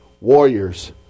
Warriors